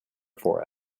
for